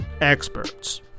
experts